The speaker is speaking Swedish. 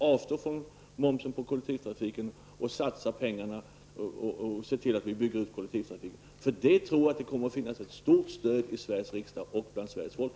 Avstå från moms på kollektivtrafik och se till att kollektivtrafiken byggs ut. Jag tror att det kommer att finnas ett stort stöd för det i Sveriges riksdag och bland Sveriges folk.